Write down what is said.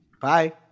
Bye